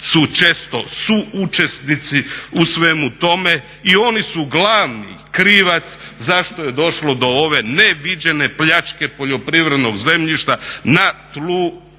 često suučesnici u svemu tome i oni su glavni krivac zašto je došlo do ove neviđene pljačke poljoprivrednog zemljišta na tlu